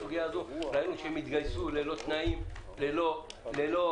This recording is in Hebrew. ראינו שהם התגייסו ללא תנאים,